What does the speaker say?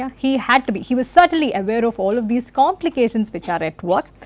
he had to be, he was certainly aware of all of these complications which are at work.